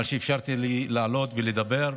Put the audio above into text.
על שאפשרת לי לעלות ולדבר.